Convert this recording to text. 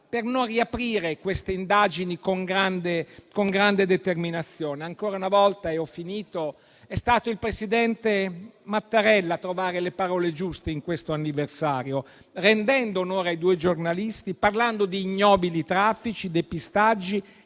per non riaprire queste indagini con grande determinazione? Ancora una volta è stato il presidente Mattarella a trovare le parole giuste in questo anniversario, rendendo onore ai due giornalisti, parlando di ignobili traffici, depistaggi